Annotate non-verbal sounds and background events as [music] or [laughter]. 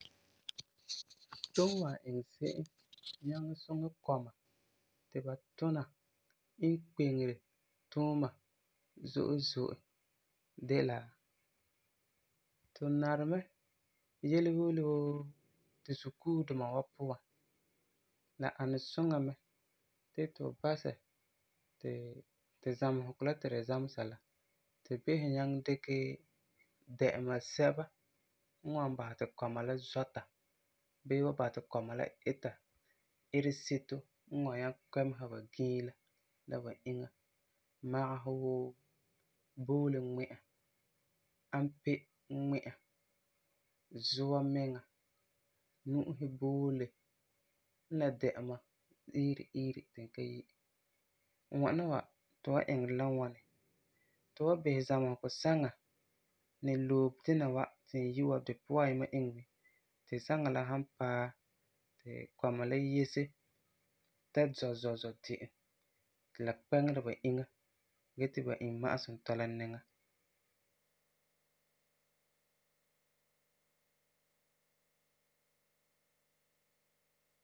[noise] Tu wan iŋɛ se'em [noise] nyaŋɛ suŋɛ kɔma ti ha tuna inkpeŋere tuuma zo'e zo'e de la, tu nari mɛ yele yele wuu tu sukuu duma wa puan, la ani suŋa mɛ ti tu basɛ ti tu zamesegɔ la ti tu zamesera la, tu bisɛ nyaŋɛ dikɛ dɛ'ɛma sɛba n wan basɛ ti kɔma la zɔta bii wan basɛ ti kɔma la ita ite-seto n wan nyaŋɛ kpɛmesa ba giila n la ba inya, magesɛ wuu; boole ŋmi'a, ampe ŋmi'a, zua miŋa, nu'usi boole, n la dɛ'ɛma iiri iiri ti n ka yi. Ŋwana wa, tu wan iŋɛ la ŋwani? Tu wan bisɛ zamesegɔ saŋa ni loe sina wa ti n yi wa di puan ayima iŋɛ, ti saŋa la san paɛ ti kɔma la yese ta zɔ zɔ zɔ de'em, ti la kpɛŋera ba inya gee ti ba imma'asum tɔla niŋa.